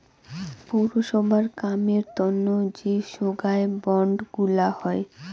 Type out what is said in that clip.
পৌরসভার কামের তন্ন যে সোগায় বন্ড গুলা হই